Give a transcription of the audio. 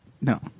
no